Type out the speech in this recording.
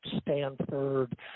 Stanford